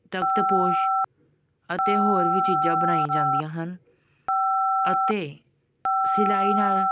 ਤਖਤਪੋਸ਼ ਅਤੇ ਹੋਰ ਵੀ ਚੀਜ਼ਾਂ ਬਣਾਈਆਂ ਜਾਂਦੀਆਂ ਹਨ ਅਤੇ ਸਿਲਾਈ ਨਾਲ